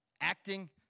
acting